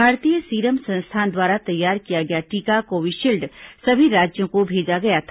भारतीय सीरम संस्थान द्वारा तैयार किया गया टीका कोविशील्ड सभी राज्यों को भेजा गया था